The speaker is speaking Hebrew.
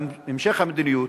בהמשך המדיניות,